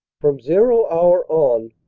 from zero hour on,